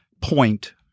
point